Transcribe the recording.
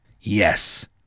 Yes